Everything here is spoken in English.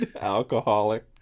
Alcoholic